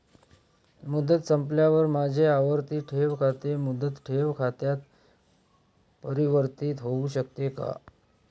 मुदत संपल्यावर माझे आवर्ती ठेव खाते मुदत ठेव खात्यात परिवर्तीत होऊ शकते का?